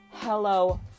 Hello